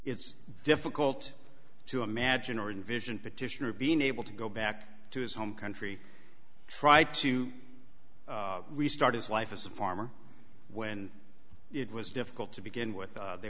it's difficult to imagine or in vision petitioner being able to go back to his home country try to restart his life as a farmer when it was difficult to begin with they